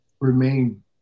remain